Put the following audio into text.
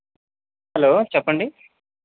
hello చెప్పండి